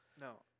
No